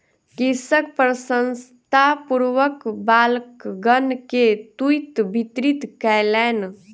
कृषक प्रसन्नतापूर्वक बालकगण के तूईत वितरित कयलैन